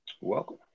Welcome